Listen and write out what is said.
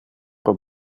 pro